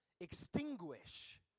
extinguish